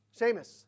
Seamus